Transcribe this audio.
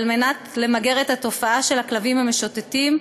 על מנת למגר את התופעה של הכלבים המשוטטים,